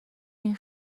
این